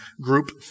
group